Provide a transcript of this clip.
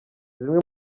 zimwe